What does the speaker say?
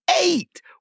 eight